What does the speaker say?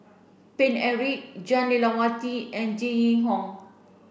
Paine Eric Jah Lelawati and Jenn Yee Hong